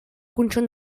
conjunt